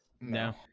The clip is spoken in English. No